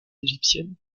égyptiennes